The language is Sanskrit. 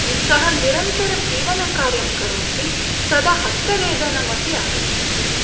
सः निरन्तरसीवनकार्यं करोति तदा हस्तवेदनमपि आगच्छति